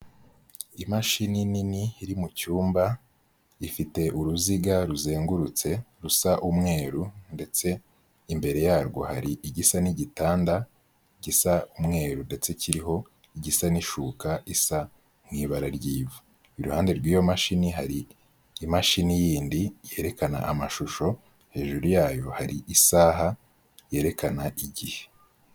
Imashini nini iri mu cyumba, ifite uruziga ruzengurutse, rusa umweru, ndetse imbere yarwo hari igisa n'igitanda, gisa umweru ndetse kiriho igisa n'ishuka isa nk'ibara ry'ivu. Iruhande rw'iyo mashini hari imashini yindi yerekana amashusho hejuru yayo hari isaha yerekana igihe.